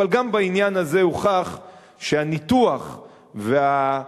אבל גם בעניין הזה הוכח שהניתוח וההנהגה